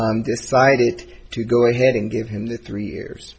case decided to go ahead and give him the three years